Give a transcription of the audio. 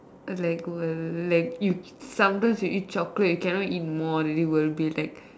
like will like you sometimes you eat chocolate you cannot eat more already will be like